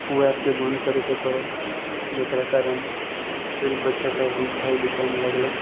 ओहि ऐपके बन्द करऽके पड़ल जकरा कारण फिर बच्चासब अपन पढ़ाइ लिखाइमे लागलन